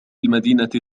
المدينة